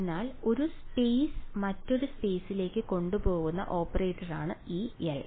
അതിനാൽ ഒരു സ്പെയ്സ് മറ്റൊരു സ്പെയ്സിലേക്ക് കൊണ്ടുപോകുന്ന ഓപ്പറേറ്ററാണ് ഇവിടെ L